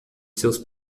seus